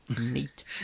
Neat